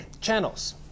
channels